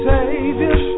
Savior